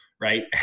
right